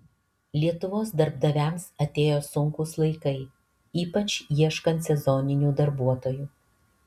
lietuvos darbdaviams atėjo sunkūs laikai ypač ieškant sezoninių darbuotojų